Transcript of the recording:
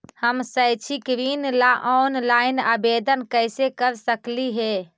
हम शैक्षिक ऋण ला ऑनलाइन आवेदन कैसे कर सकली हे?